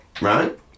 Right